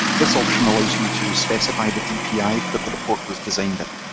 this option allows you to specify the dpi that the report was designed in.